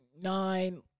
nine